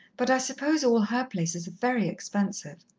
but i suppose all her places are very expensive.